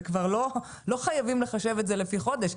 כבר לא חייבים לחשב את זה לפי חודש.